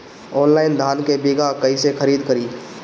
Online धान के बीया कइसे खरीद करी?